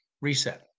reset